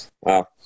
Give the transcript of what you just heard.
Wow